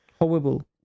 Horrible